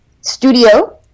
studio